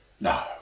No